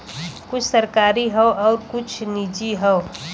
कुछ सरकारी हौ आउर कुछ निजी हौ